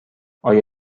آیا